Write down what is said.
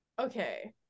okay